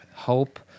Hope